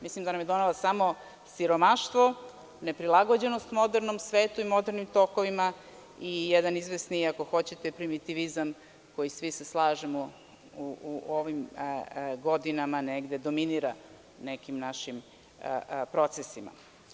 Mislim da nam je donela samo siromaštvo, neprilagođenost modernom svetu i modernim tokovima i jedan izvesni primitivizam koji, svi se slažemo, u ovim godinama negde dominira u nekim našim procesima.